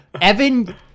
Evan